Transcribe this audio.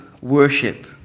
worship